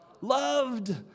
Loved